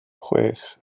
chwech